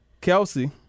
Kelsey